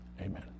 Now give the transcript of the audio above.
Amen